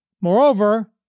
Moreover